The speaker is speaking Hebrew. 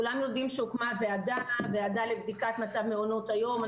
כולם יודעים שהוקמה ועדה לבדיקת מצב מעונות היום.